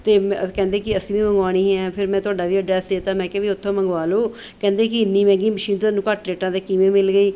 ਅਤੇ ਮੈਂ ਕਹਿੰਦੇ ਕੀ ਅਸੀਂ ਵੀ ਮੰਗਾਉਣੀ ਹੈ ਫਿਰ ਮੈਂ ਤੁਹਾਡਾ ਵੀ ਐਡਰੈੱਸ ਦਿੱਤਾ ਮੈਂ ਕਿਹਾ ਵੀ ਉੱਥੋਂ ਮੰਗਵਾ ਲਓ ਕਹਿੰਦੇ ਕੀ ਐਨੀ ਮਹਿੰਗੀ ਮਸ਼ੀਨ ਤੁਹਾਨੂੰ ਘੱਟ ਰੇਟਾਂ 'ਤੇ ਕਿਵੇਂ ਮਿਲ ਗਈ